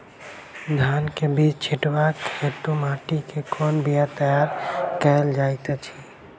धान केँ बीज छिटबाक हेतु माटि केँ कोना तैयार कएल जाइत अछि?